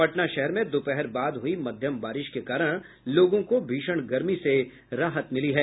पटना शहर में दोपहर बाद हुई मध्यम बारिश के कारण लोगों को भीषण गर्मी से राहत मिली है